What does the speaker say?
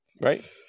Right